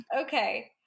Okay